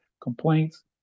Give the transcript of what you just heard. complaints